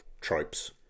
tropes